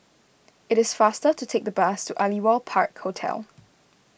it is faster to take the bus to Aliwal Park Hotel